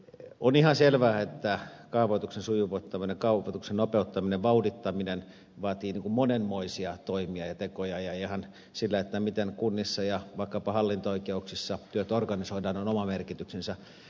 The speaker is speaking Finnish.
on ihan selvää että kaavoituksen sujuvoittaminen nopeuttaminen ja vauhdittaminen vaatii monenmoisia toimia ja tekoja ja ihan sillä miten kunnissa ja vaikkapa hallinto oikeuksissa työt organisoidaan on oma merkityksensä